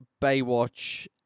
Baywatch